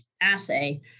assay